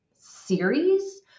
series